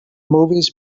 movies